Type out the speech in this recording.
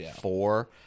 four